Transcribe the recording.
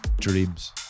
Dreams